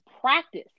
practice